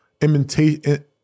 imitation